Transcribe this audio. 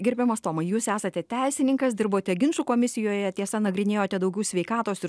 gerbiamas tomai jūs esate teisininkas dirbote ginčų komisijoje tiesa nagrinėjote daugiau sveikatos ir